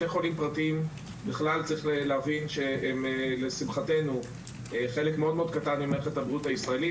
בתי חולים פרטיים הם חלק מאוד מאוד קטן ממערכת הבריאות הישראלית.